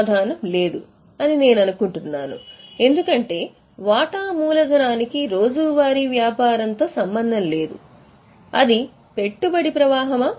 సమాధానం "లేదు" అని నేను అనుకుంటున్నాను ఎందుకంటే వాటా మూలధనానికి రోజువారీ వ్యాపారంతో సంబంధం లేదు అది పెట్టుబడి ప్రవాహమా